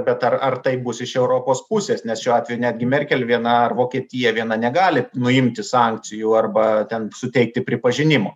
bet ar ar taip bus iš europos pusės nes šiuo atveju netgi merkel viena ar vokietija viena negali nuimti sankcijų arba ten suteikti pripažinimo